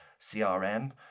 CRM